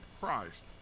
Christ